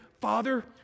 Father